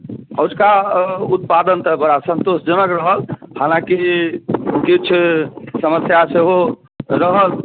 अजुका उत्पादन तऽ बड़ा सन्तोषजनक रहल हालाँकि किछु समस्या सेहो रहल